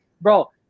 bro